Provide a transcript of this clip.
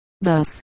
thus